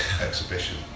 exhibition